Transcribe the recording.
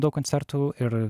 daug koncertų ir